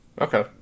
Okay